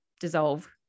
dissolve